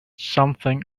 something